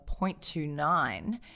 0.29